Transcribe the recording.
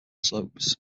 soaps